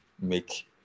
make